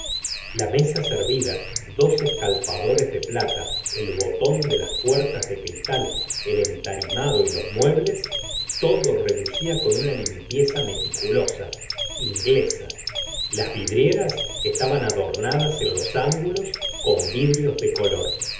la mesa servida dos escalfadores de plata el botón de las puertas de cristal el entarimado y los muebles todo relucía con una limpieza meticulosa inglesa las vidrieras estaban adornadas en los ángulos con vidrios de color